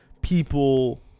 people